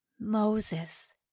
Moses